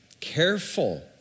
Careful